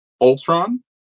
Ultron